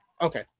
Okay